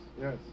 yes